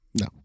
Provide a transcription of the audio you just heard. No